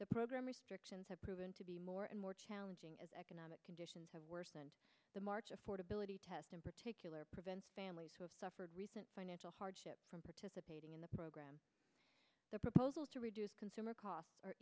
the program restrictions have proven to be more and more challenging as economic conditions have worsened the march affordability test in particular prevents families who have suffered recent financial hardship from participating in the program the proposals to reduce consumer costs are